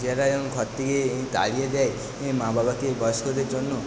যারা ঘর থেকে তাড়িয়ে দেয় মা বাবাকে বয়স্কদের জন্য